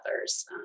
others